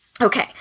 Okay